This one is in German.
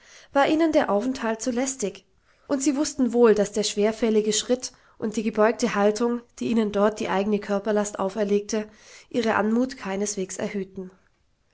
war ihnen der aufenthalt zu lästig und sie wußten wohl daß der schwerfällige schritt und die gebeugte haltung die ihnen dort die eigene körperlast auferlegte ihre anmut keineswegs erhöhten